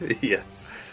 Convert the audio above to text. yes